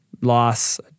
loss